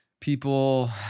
people